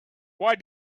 why